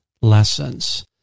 lessons